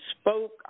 spoke